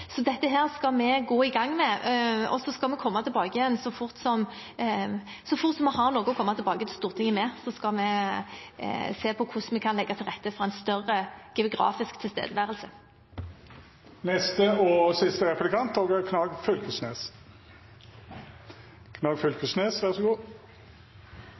Dette skal vi gå i gang med, og så skal vi komme tilbake så fort vi har noe å komme tilbake til Stortinget med. Vi skal se på hvordan vi kan legge til rette for en større geografisk tilstedeværelse.